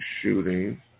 shooting